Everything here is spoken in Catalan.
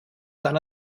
tant